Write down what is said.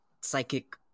psychic